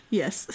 yes